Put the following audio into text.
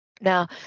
Now